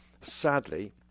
sadly